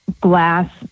glass